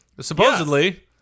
Supposedly